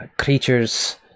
creatures